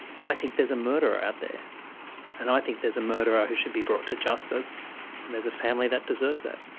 i think there's a murderer out there and i think there's a murderer who should be brought to justice and there's a family that deserves that.